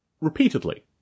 repeatedly